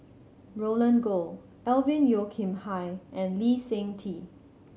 Roland Goh Alvin Yeo Khirn Hai and Lee Seng Tee